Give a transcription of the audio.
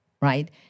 Right